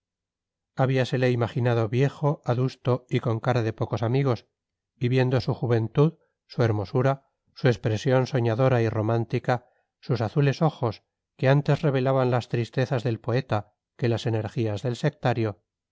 de caballerosidad habíasele imaginado viejo adusto y con cara de pocos amigos y viendo su juventud su hermosura su expresión soñadora y romántica sus azules ojos que antes revelaban las tristezas del poeta que las energías del sectario